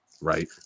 right